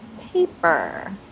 paper